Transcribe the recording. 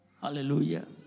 Aleluya